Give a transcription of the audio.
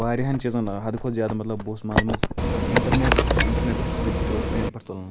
واریاہن چیٖزن حَدٕ کھۄتہٕ زیادہ مطلب بہٕ اوسُس منٛز منٛز بہٕ اِنٹرنٮ۪ٹ اِنٹرنٮ۪ٹُک فٲیِدٕ تہِ اوسُس بہٕ اَمہِ پٮ۪ٹھ تُلان